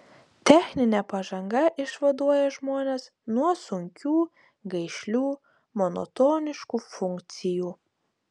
techninė pažanga išvaduoja žmones nuo sunkių gaišlių monotoniškų funkcijų